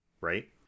right